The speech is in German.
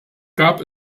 gab